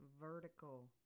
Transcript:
vertical